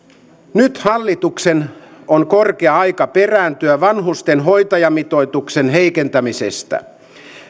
nyt hallituksen on korkea aika perääntyä vanhusten hoitajamitoituksen heikentämisestä